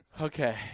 Okay